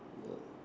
yeah